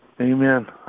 Amen